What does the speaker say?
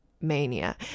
mania